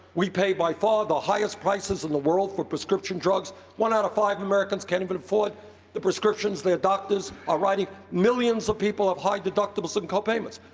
we pay, by far, the highest prices in the world for prescription drugs. one out of five americans can't even afford the prescriptions their doctors are writing. millions of people have high deductibles and co-payments.